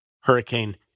Hurricane